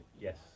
yes